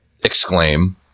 exclaim